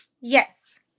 Yes